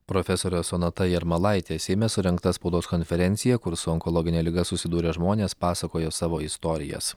profesorė sonata jarmalaitė seime surengta spaudos konferencija kur su onkologine liga susidūrę žmonės pasakojo savo istorijas